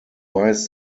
weiß